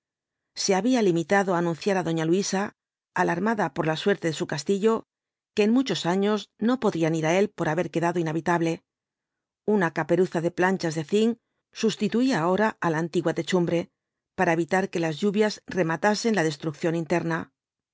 se había limitado á anunciar á doña luisa alarmada por la suerte de su castillo que en muchos años no podrían ir á él por haber quedado inhabitable una caperuza de planchas de cinc sustituía ahora á la antigua techumbre para evitar que las lluvias rematasen la destrucción interna